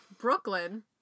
Brooklyn